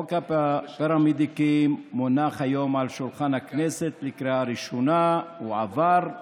חוק הפרמדיקים הונח היום על שולחן הכנסת לקריאה ראשונה והוא עבר.